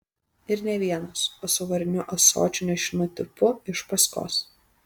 ir ne vienas o su variniu ąsočiu nešinu tipu iš paskos